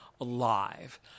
alive